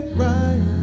right